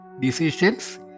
decisions